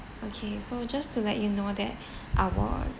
okay so just to let you know that our